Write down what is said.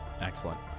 Excellent